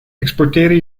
exporteren